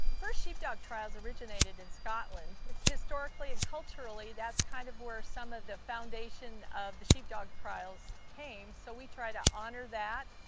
first sheepdog trials originated in scotland. it's historically and culturally, that's kind of where some of the foundation of the sheepdog trials came so we try to honor that.